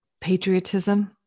patriotism